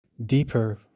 deeper